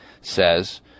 says